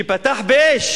שפתח באש